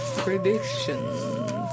predictions